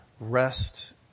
Rest